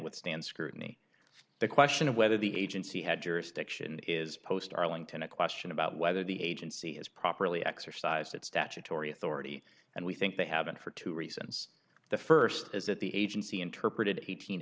withstand scrutiny the question of whether the agency had jurisdiction is post arlington a question about whether the agency has properly exercised its statutory authority and we think they have been for two reasons the first is that the agency interpreted eighteen